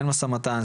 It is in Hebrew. אין משא ומתן,